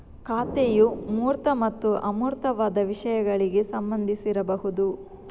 ಖಾತೆಯು ಮೂರ್ತ ಮತ್ತು ಅಮೂರ್ತವಾದ ವಿಷಯಗಳಿಗೆ ಸಂಬಂಧಿಸಿರಬಹುದು